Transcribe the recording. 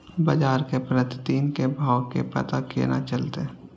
बजार के प्रतिदिन के भाव के पता केना चलते?